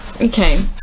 Okay